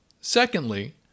Secondly